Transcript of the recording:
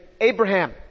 Abraham